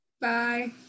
bye